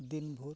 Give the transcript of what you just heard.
ᱫᱤᱱᱵᱷᱟᱹᱨ